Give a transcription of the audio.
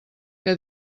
que